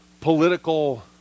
political